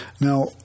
Now